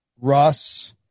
Russ